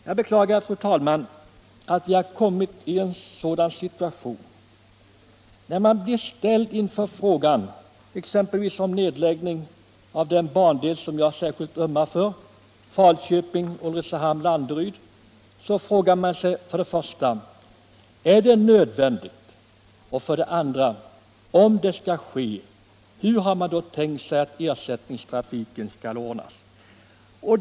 Jag beklagar, fru talman, att vi har kommit i en sådan situation där man ställs inför frågan om nedläggning, exempelvis av den bandel jag särskilt ömmar för: Falköping-Ulricehamn-Landeryd. Då frågar man sig, för det första: Är det nödvändigt? För det andra: Om det skall ske, hur har man tänkt sig att ersättningstrafiken skall ordnas?